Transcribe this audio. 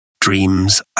Dreams